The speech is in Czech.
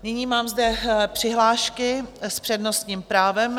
Nyní mám zde přihlášky s přednostním právem.